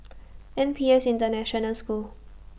N P S International School